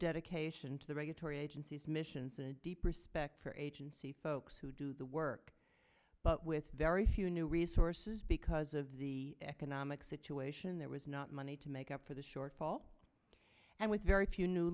dedication to the regulatory agencies missions and a deep respect for agency folks who do the work but with very few new resources because of the economic situation there was not money to make up for the shortfall and with very few new